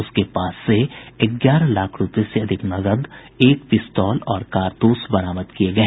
उसके पास से ग्यारह लाख रूपये से अधिक नकद एक पिस्तौल और कारतूस बरामद किये गये